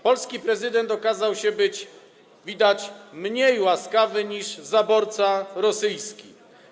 Polski prezydent okazał się, widać, mniej łaskawy niż zaborca rosyjski.